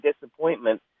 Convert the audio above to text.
disappointment